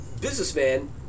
businessman